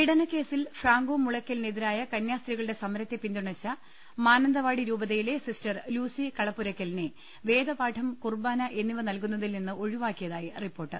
പീഡനക്കേസിൽ ഫ്രാങ്കോമുളയ്ക്കലിനെതിരായ കന്യാസ്ത്രീകളുടെ സമരത്തെ പിന്തുണച്ച മാനന്തവാടി രൂപതയിലെ സിസ്റ്റർ ലൂസി കളപുരയ്ക്കലിനെ വേദപാഠം കുർബാന എന്നിവ നൽകുന്നതിൽ നിന്ന് ഒഴിവാക്കിയതായി റിപ്പോർട്ട്